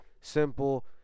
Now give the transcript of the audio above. simple